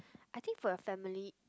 I think for a family